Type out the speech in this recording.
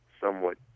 somewhat